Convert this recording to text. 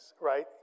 right